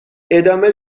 ادامه